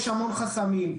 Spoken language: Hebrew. יש המון חסמים,